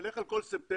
תלך על כל ספטמבר,